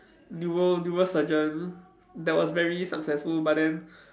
neuro~ neurosurgeon that was very successful but then